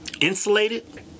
insulated